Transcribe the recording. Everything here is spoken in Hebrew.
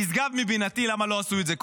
נשגב מבינתי למה לא עשו את זה קודם,